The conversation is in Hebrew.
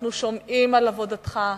אנחנו שומעים על עבודתך,